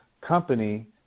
company